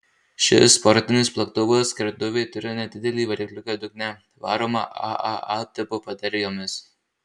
šis sportinis plaktuvas gertuvė turi nedidelį varikliuką dugne varomą aaa tipo baterijomis